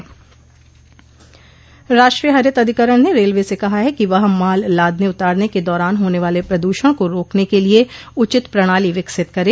राष्ट्रीय हरित अधिकरण ने रेलवे से कहा है कि वह माल लादने उतारने के दौरान होने वाले प्रदूषण को रोकने के लिए उचित प्रणाली विकसित करे